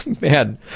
man